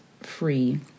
free